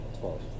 Twelve